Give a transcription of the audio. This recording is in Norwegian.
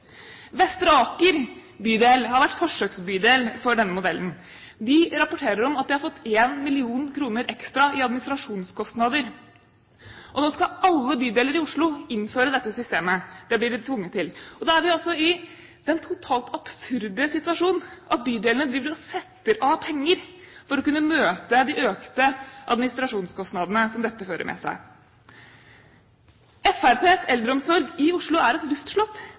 Vestre Aker bydel har vært forsøksbydel for denne modellen. De rapporterer at de har fått 1 mill. kr ekstra i administrasjonskostnader – og nå skal alle bydeler i Oslo innføre dette systemet. Det blir de tvunget til. Da er vi altså i den totalt absurde situasjon at bydelene setter av penger for å kunne møte de økte administrasjonskostnadene som dette fører med seg. Fremskrittspartiets eldreomsorg i Oslo er et luftslott.